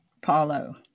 Paulo